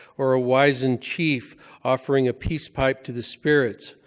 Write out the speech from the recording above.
or a wizened chief offering a peace pipe to the spirits.